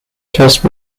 just